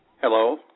Hello